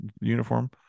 uniform